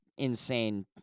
Insane